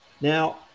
Now